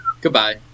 goodbye